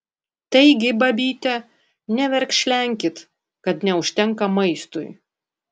taigi babyte neverkšlenkit kad neužtenka maistui